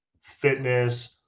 fitness –